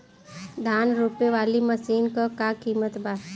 धान रोपे वाली मशीन क का कीमत बा?